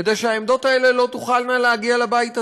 כדי שהעמדות האלה לא תוכלנה להגיע לבית הזה.